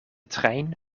trein